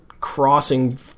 crossing